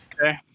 Okay